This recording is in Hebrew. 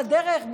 על הדרך,